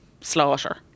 slaughter